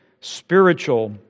spiritual